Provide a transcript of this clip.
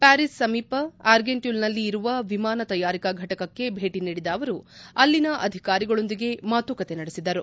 ಪ್ಲಾರೀಸ್ ಸಮೀಪ ಅರ್ಗೆಂಟ್ಲುಲ್ನಲ್ಲಿ ಇರುವ ವಿಮಾನ ತಯಾರಿಕಾ ಘಟಕಕ್ಕೆ ಭೇಟ ನೀಡಿದ ಅವರು ಅಲ್ಲಿನ ಅಧಿಕಾರಿಗಳೊಂದಿಗೆ ಮಾತುಕತೆ ನಡೆಸಿದರು